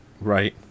Right